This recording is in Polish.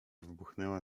wybuchnęła